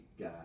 guy